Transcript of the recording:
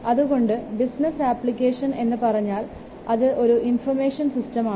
അതുകൊണ്ട് business application എന്ന് പറഞ്ഞാൽ അത് ഒരു ഇൻഫർമേഷൻ സിസ്റ്റം ആണ്